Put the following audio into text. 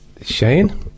Shane